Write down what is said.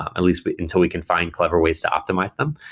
at least but until we can find clever ways to optimize them.